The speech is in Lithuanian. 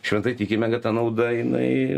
šventai tikime kad ta nauda jinai